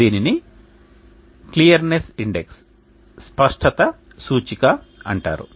దీనిని స్పష్టత సూచిక అంటారు